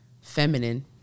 feminine